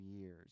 years